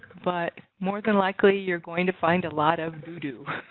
but more than likely, you're going to find a lot of doo doo.